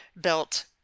built